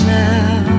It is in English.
now